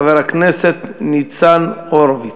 חבר הכנסת ניצן הורוביץ.